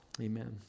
Amen